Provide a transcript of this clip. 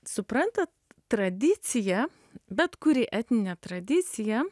suprantat tradicija bet kuri etninė tradicija